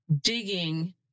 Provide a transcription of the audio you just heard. digging